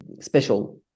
special